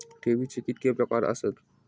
ठेवीचे कितके प्रकार आसत?